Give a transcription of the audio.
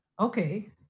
okay